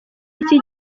iki